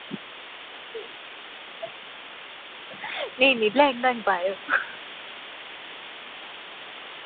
नेईं नेईं लैंहगा नी पायो